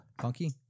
funky